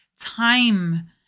time